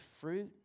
fruit